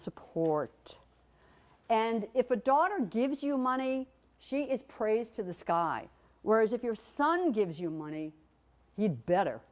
support and if a daughter gives you money she is praised to the sky whereas if your son gives you money you'd better